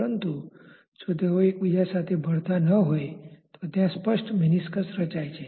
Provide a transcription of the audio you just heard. પરંતુ જો તેઓ એકબીજા સાથે ભળતા ન હોય તો ત્યાં સ્પષ્ટ મેનિસ્કસ રચાય છે